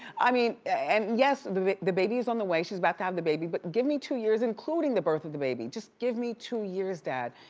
i mean, and yes, the the baby is on the way, she's about to have the baby, but, give me two years including the birth of the baby. just give me two years, dad,